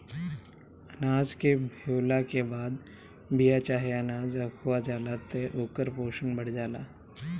अनाज के भेवला के बाद बिया चाहे अनाज अखुआ जाला त ओकर पोषण बढ़ जाला